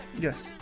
yes